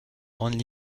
grandes